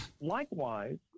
likewise